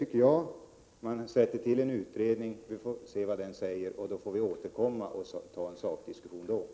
Vi får se vad den tillsatta utredningen kommer fram till. Sedan får vi återkomma till frågan och ta en sakdiskussion.